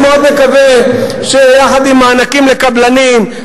אני מאוד מקווה שיחד עם מענקים לקבלנים,